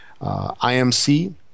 IMC